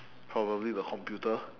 probably the computer